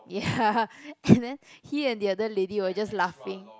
ya and then he and the other lady was just laughing